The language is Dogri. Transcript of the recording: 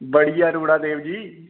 बढ़िया अरोड़ा देव जी